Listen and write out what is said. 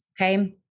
okay